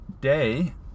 day